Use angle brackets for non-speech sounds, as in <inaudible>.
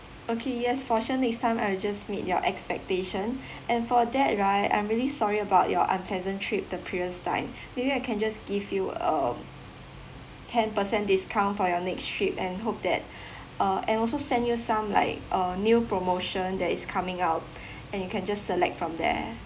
okay yes for sure next time I'll just meet your expectation <breath> and for that right I'm really sorry about your unpleasant trip the previous time maybe I can just give you a ten percent discount for your next trip and hope that <breath> uh and also send you some like uh new promotion that is coming up and you can just select from there